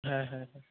হ্যাঁ হ্যাঁ হ্যাঁ